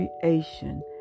creation